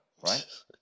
right